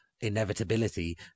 inevitability